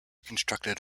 constructed